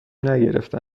نگرفته